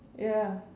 ya